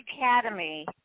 academy